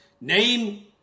Name